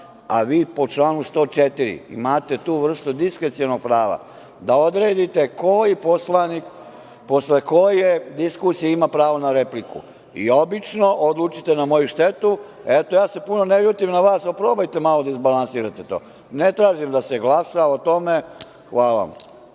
a vi po članu 104. imate tu vrstu diskrecionog prava da odredite koji poslanik posle koje diskusije pravo na repliku i obično odlučite na moju štetu. Eto, ja se puno ne ljutim na vas, ali probajte malo da izbalansirate to. Ne tražim da se glasa o tome. Hvala vam.